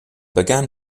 began